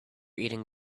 eating